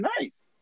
nice